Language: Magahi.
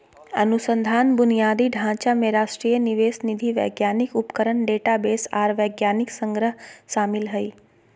अनुसंधान बुनियादी ढांचा में राष्ट्रीय निवेश निधि वैज्ञानिक उपकरण डेटाबेस आर वैज्ञानिक संग्रह शामिल हइ